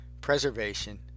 preservation